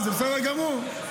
זה בסדר גמור.